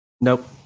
Nope